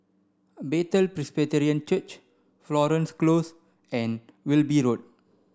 Bethel Presbyterian Church Florence Close and Wilby Road